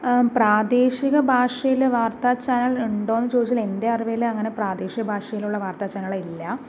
പ്രാദേശികഭാഷയില് വാർത്താ ചാനൽ ഉണ്ടോയെന്ന് ചോദിച്ചാൽ എൻ്റെ അറിവിലങ്ങനെ പ്രാദേശികഭാഷയിലുള്ള വർത്താചാനലുകളില്ല